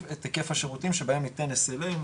את היקף השירותים שבהם ניתן SLA-ים.